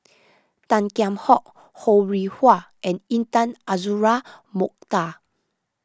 Tan Kheam Hock Ho Rih Hwa and Intan Azura Mokhtar